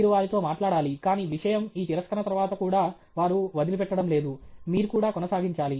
మీరు వారితో మాట్లాడాలి కానీ విషయం ఈ తిరస్కరణ తర్వాత కూడా వారు వదిలిపెట్టడం లేదు మీరు కూడా కొనసాగించాలి